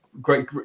great